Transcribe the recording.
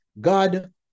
God